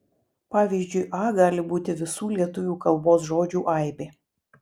pavyzdžiui a gali būti visų lietuvių kalbos žodžių aibė